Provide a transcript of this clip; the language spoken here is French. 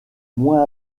moins